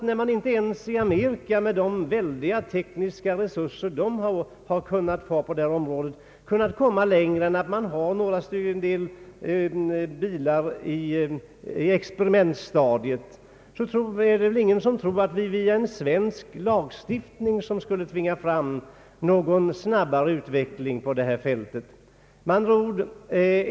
När man inte ens i Amerika med de väldiga tekniska resurser man där har på området har kunnat komma längre än att man har några bilar på experimentstadiet, så är det väl ingen som tror att vi genom en svensk lagstiftning skulle kunna tvinga fram en snabbare utveckling på det här fältet.